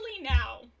now